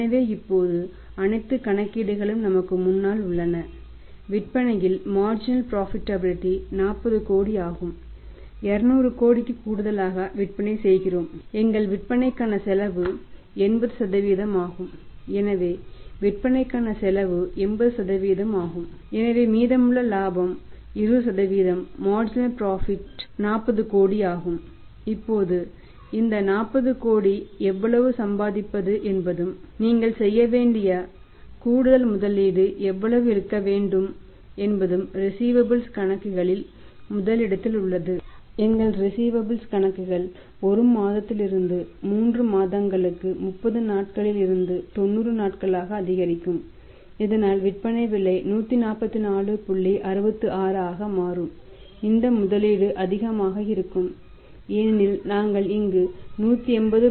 எனவே இப்போது அனைத்து கணக்கீடுகளும் நமக்கு முன்னால் உள்ளன விற்பனையின் மார்ஜினல் ப்ராபிடபிலிடீ கணக்குகளில் முதலிடத்தில் உள்ளது